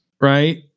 right